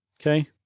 Okay